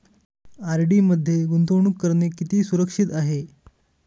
RD मध्ये गुंतवणूक करणे किती सुरक्षित आहे?